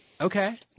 Okay